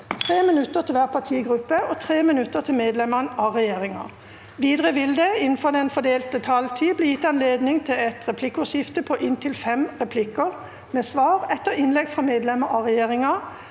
3 minutter til hver partigruppe og 3 minutter til medlemmer av regjeringa. Videre vil det – innenfor den fordelte taletid – bli gitt anledning til et replikkordskifte på inntil fem replikker med svar etter innlegg fra medlemmer av regjeringa,